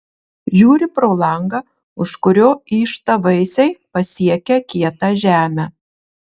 žiūri pro langą už kurio yžta vaisiai pasiekę kietą žemę